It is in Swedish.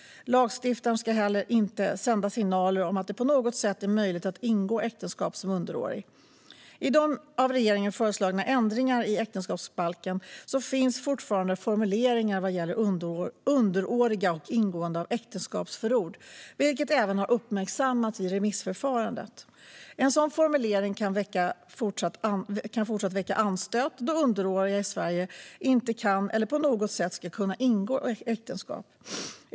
Lagstiftaren ska heller inte sända signaler om att det på något sätt är möjligt att ingå äktenskap som underårig. I de av regeringen föreslagna ändringarna i äktenskapsbalken finns fortfarande formuleringar vad gäller underåriga och ingående av äktenskapsförord, vilket även uppmärksammats i remissförfarandet. En sådan formulering kan även fortsättningsvis väcka anstöt då underåriga i Sverige inte kan eller på något sätt ska kunna ingå äktenskap.